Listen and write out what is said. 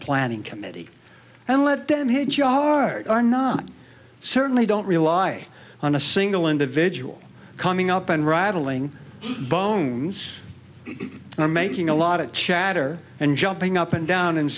planning committee and let them hit you hard are not certainly don't rely on a single individual coming up and rattling bones or making a lot of chatter and jumping up and down and